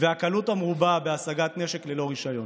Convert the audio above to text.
והקלות המרובות בהשגת נשק ללא רישיון.